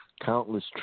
countless